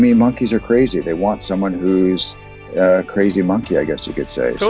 monkeys are crazy, they want someone who's a crazy monkey, i guess you could say. so